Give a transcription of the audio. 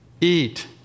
eat